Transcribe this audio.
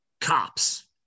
cops